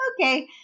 okay